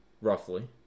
roughly